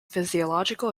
physiological